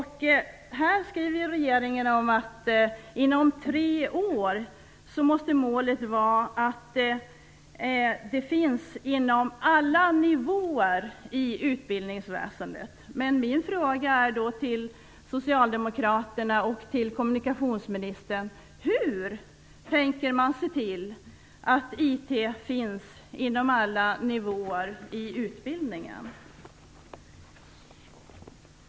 Här skriver regeringen att målet måste vara att datateknik finns inom alla nivåer i utbildningsväsendet inom tre år. Men min fråga till socialdemokraterna och till kommunikationsministern är då: Hur tänker man se till att IT finns inom alla nivåer i utbildningen?